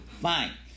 Fine